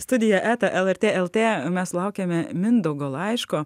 studija eta lrt lt mes sulaukėme mindaugo laiško